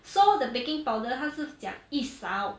so the baking powder 它是讲一勺